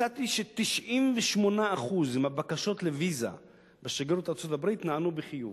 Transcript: מצאתי ש-98% מהבקשות לוויזה בשגרירות ארצות-הברית נענו בחיוב,